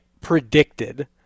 predicted